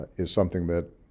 is something that